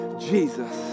Jesus